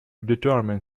determine